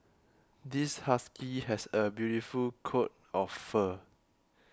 this husky has a beautiful coat of fur